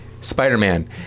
spider-man